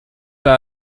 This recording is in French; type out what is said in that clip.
pas